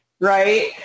right